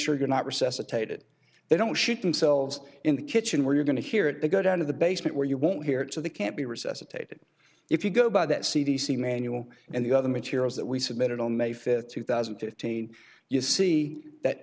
sure you're not recess aetate it they don't shoot themselves in the kitchen where you're going to hear it they go down to the basement where you won't hear to the can't be resuscitated if you go by that c d c manual and the other materials that we submitted on may fifth two thousand and fifteen you see that